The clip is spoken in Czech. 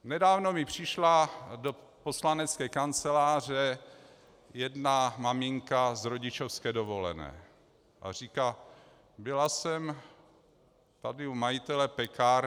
Nedávno mi přišla do poslanecké kanceláře jedna maminka z rodičovské dovolené a říká: Byla jsem tady u majitele pekárny.